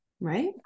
right